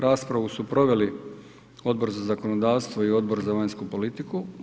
Raspravu su proveli Odbor za zakonodavstvo i Odbor za vanjsku politiku.